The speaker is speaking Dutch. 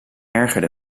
ergerde